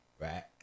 right